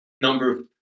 number